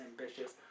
ambitious